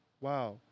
wow